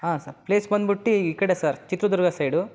ಹಾಂ sir place ಬಂದ್ಬಿಟ್ಟಿ ಈ ಕಡೆ ಸರ್ ಚಿತ್ರದುರ್ಗ ಸೈಡು